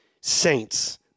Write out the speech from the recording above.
Saints